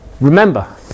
remember